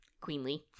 Queenly